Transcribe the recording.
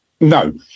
No